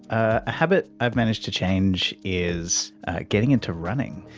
a habit i've managed to change is getting into running.